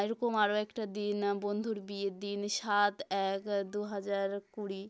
এরকম আরও একটা দিন বন্ধুর বিয়ের দিন সাত এক দুহাজার কুড়ি